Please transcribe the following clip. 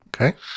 okay